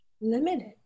limited